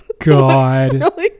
god